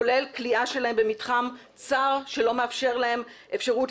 כולל כליאה שלהם במתחם צר שלא מאפשר להם אפשרות